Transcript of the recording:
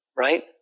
Right